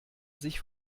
sich